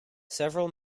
several